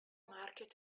market